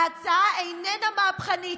ההצעה איננה מהפכנית.